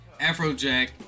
Afrojack